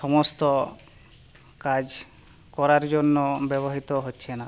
সমস্ত কাজ করার জন্য ব্যবহৃত হচ্ছে না